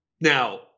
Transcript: Now